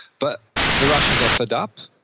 but the russians are fed up,